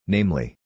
Namely